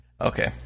Okay